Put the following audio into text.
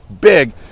big